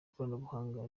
koranabuhanga